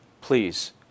Please